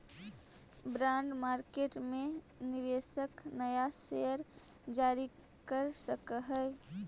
bond market में निवेशक नया शेयर जारी कर सकऽ हई